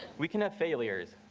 we can have failures.